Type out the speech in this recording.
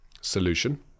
solution